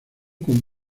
con